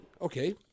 okay